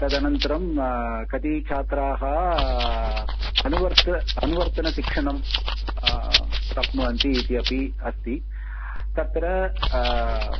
तदनन्तरं कति छात्राः अनुवर्त अनुवर्तन शिक्षणं प्राप्नुवन्ति इति अपि अस्ति तत्र